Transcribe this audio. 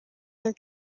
their